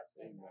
Amen